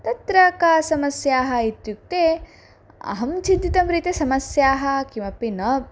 तत्र काः समस्याः इत्युक्ते अहं चिन्तितं रीत्या समस्याः किमपि न